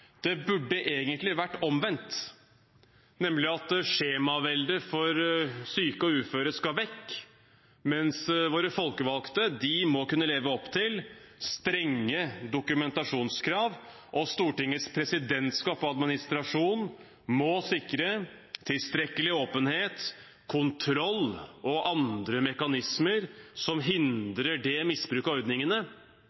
Det burde egentlig vært omvendt, nemlig at skjemaveldet for syke og uføre skal vekk, mens våre folkevalgte må kunne leve opp til strenge dokumentasjonskrav. Stortingets presidentskap og administrasjon må sikre tilstrekkelig åpenhet, kontroll og andre mekanismer som